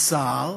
בצער